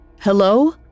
Hello